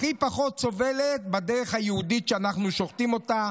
והיא הכי פחות סובלת בדרך היהודית שבה אנחנו שוחטים אותה,